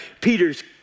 Peter's